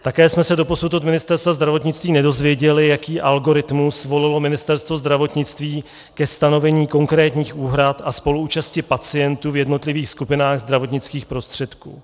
Také jsme se doposud od Ministerstva zdravotnictví nedozvěděli, jaký algoritmus volilo Ministerstvo zdravotnictví ke stanovení konkrétních úhrad a spoluúčasti pacientů v jednotlivých skupinách zdravotnických prostředků.